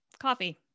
Coffee